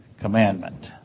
commandment